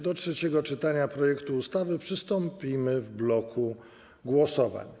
Do trzeciego czytania projektu ustawy przystąpimy w bloku głosowań.